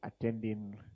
attending